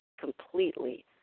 completely